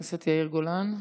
חבר הכנסת יאיר גולן.